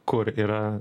kur yra